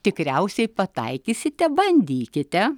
tikriausiai pataikysite bandykite